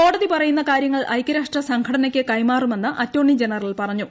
കോടതി പറയുന്ന കാര്യങ്ങൾ ഐക്യരാഷ്ട്ര സംഘടനയ്ക്ക് കൈമാറുമെന്ന് അറ്റോർണി ജനറൽ പറഞ്ഞു